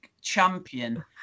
champion